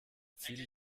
viel